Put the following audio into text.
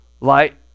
light